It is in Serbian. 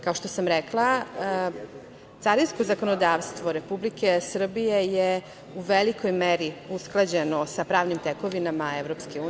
Kao što sam rekla, carinsko zakonodavstvo Republike Srbije je u velikoj meri usklađeno sa pravnim tekovinama EU.